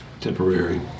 temporary